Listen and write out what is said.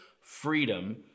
freedom